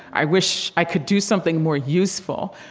i wish i could do something more useful.